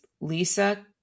Lisa